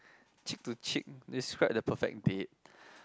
cheek to cheek describe the perfect date